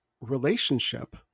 relationship